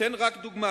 אתן רק דוגמה.